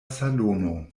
salono